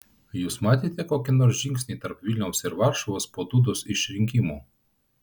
jūs matėte kokį nors žingsnį tarp vilniaus ir varšuvos po dudos išrinkimo